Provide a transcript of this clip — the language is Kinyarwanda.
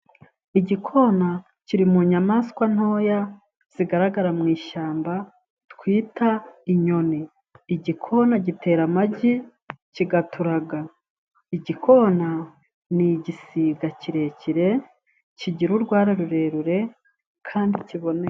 Igikona kiri mu nyamaswa ntoya, zigaragara mu ishyamba twita inyoni. Igikona gitera amagi ,kigaturaga, igikona n'igisiga kirekire kigira urwara rurerure kandi kiboneka.